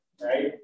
right